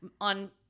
on